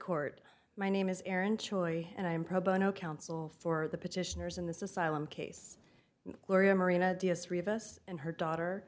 court my name is aaron choi and i'm pro bono counsel for the petitioners in this asylum case gloria marina three of us and her daughter